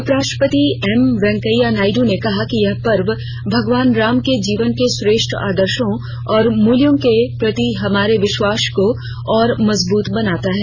उपराष्ट्रपति एम वेंकैयानायडू ने कहा कि यह पर्व भगवान राम के जीवन के श्रेष्ठ आदर्शो और मूल्यों के प्रतिहमारे विश्वास को और मजबूत बनाता है